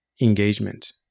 engagement